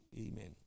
Amen